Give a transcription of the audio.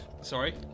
sorry